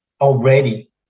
already